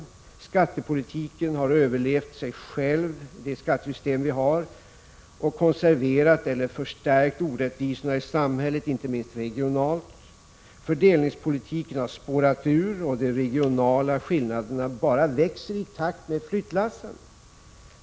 Vårt skattesystem har överlevt sig självt och konserverat eller förstärkt orättvisorna i samhället, inte minst regionalt. Fördelningspolitiken har spårat ur och de regionala skillnaderna bara växer i takt med flyttlassen.